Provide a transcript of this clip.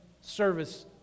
service